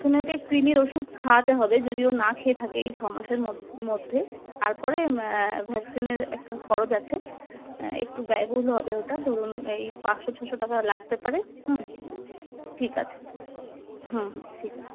তুমি ওকে এক কৃমির ওষুধ খাওয়াতে হবে যদিও না খেয়ে থাকে এই ছ মাসের মধ্যে তারপরে ভ্যাকসিনের একটা খরচ আছে একটু ব্যয়বহুল হবে ওটা ধরুন এই পাঁচশো ছশো টাকা লাগতে পারে হুম ঠিক আছে হুম হুম ঠিক আছে